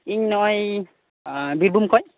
ᱤᱧ ᱱᱚᱸᱜᱼᱚᱭ ᱵᱤᱨᱵᱷᱩᱢ ᱠᱷᱚᱡ